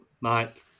Mike